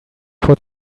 put